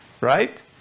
right